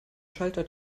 schalter